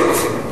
עושים, עושים.